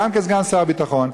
גם כסגן שר הביטחון,